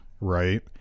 right